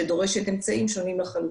שדורשת אמצעים שונים לחלוטין.